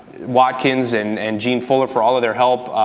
watkins and and jean fuller for all of their help,